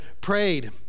prayed